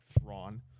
Thrawn